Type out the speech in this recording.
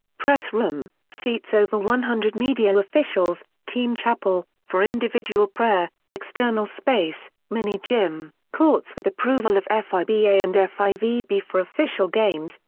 press room seats over one hundred media officials team chapel for individual prayer external space mini-gym courts with approval of fiba and fivb for official games,